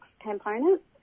components